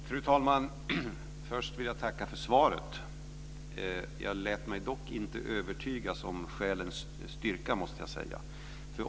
Fru talman! Först vill jag tacka för svaret. Jag lät mig dock inte övertygas om skälens styrka.